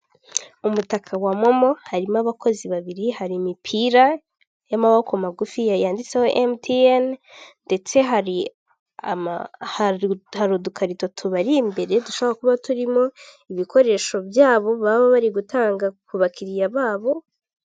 Umutaka wa momo, harimo abakozi babiri, hari imipira y'amaboko magufi yanditseho emutiyene, ndetse hari udukarito tubari imbere, dushobora kuba turimo ibikoresho byabo baba bari gutanga ku bakiriya babo.